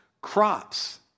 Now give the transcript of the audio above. crops